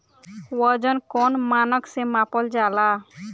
वजन कौन मानक से मापल जाला?